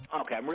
Okay